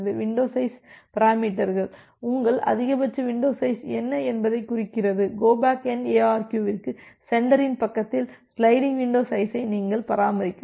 window size பெராமீட்டர்கள் உங்கள் அதிகபட்ச வின்டோ சைஸ் என்ன என்பதைக் குறிக்கிறது கோ பேக் என் எஆர்கியு விற்கு சென்டரின் பக்கத்தில் ஸ்லைடிங் வின்டோ சைஸை நீங்கள் பராமரிக்கலாம்